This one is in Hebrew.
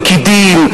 פקידים,